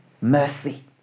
Mercy